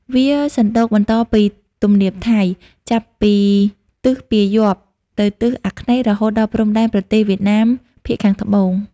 វាសណ្ដូកបន្តពីទំនាបថៃ ចាប់ពីទិសពាយ័ព្យទៅទិសអាគ្នេយ៍ រហូតដល់ព្រំដែនប្រទេសវៀតណាមភាគខាងត្បូង។